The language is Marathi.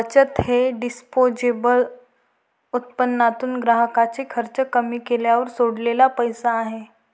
बचत हे डिस्पोजेबल उत्पन्नातून ग्राहकाचे खर्च कमी केल्यावर सोडलेला पैसा आहे